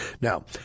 Now